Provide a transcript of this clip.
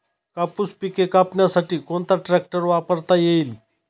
कापूस पिके कापण्यासाठी कोणता ट्रॅक्टर वापरता येईल?